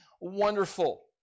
Wonderful